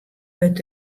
wurdt